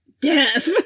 Death